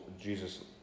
Jesus